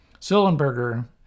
Sullenberger